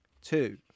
two